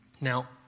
Now